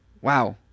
wow